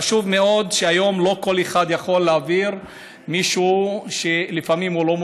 חשוב מאוד שהיום לא כל אחד יוכל להעביר מישהו שלפעמים הוא לא מוסמך,